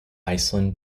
iceland